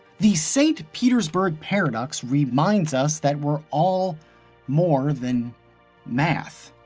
the st. petersburg paradox reminds us that we're all more than math.